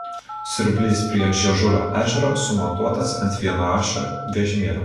siurblys prie žiežulio ežero sumontuotas ant vienaašio vežimėlio